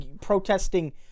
protesting